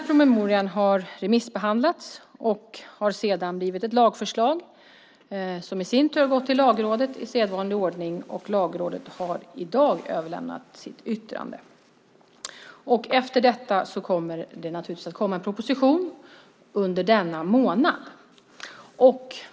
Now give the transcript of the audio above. Promemorian har remissbehandlats och har sedan blivit ett lagförslag som i sin tur i sedvanlig ordning har gått till Lagrådet, och Lagrådet har i dag överlämnat sitt yttrande. Efter detta kommer det naturligtvis att läggas fram en proposition under denna månad.